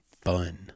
fun